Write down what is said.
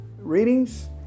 readings